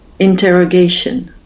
Interrogation